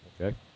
Okay